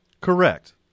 Correct